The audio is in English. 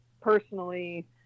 personally